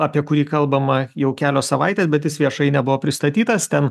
apie kurį kalbama jau kelios savaitės bet jis viešai nebuvo pristatytas ten